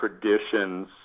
traditions